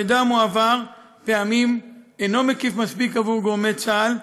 המידע המועבר פעמים אינו מקיף מספיק עבור גורמי צה"ל,